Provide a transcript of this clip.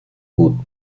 gut